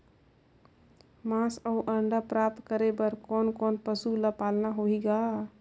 मांस अउ अंडा प्राप्त करे बर कोन कोन पशु ल पालना होही ग?